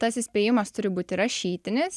tas įspėjimas turi būti rašytinis